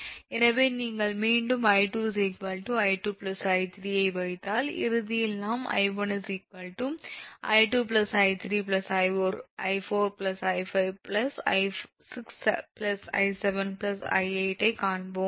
எனவே நீங்கள் மீண்டும் 𝐼2 𝑖2𝐼3 ஐ வைத்தால் இறுதியில் நாம் 𝐼1 𝑖2𝑖3𝑖4𝑖5𝑖6𝑖7𝑖8 ஐக் காண்போம்